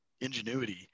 ingenuity